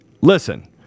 listen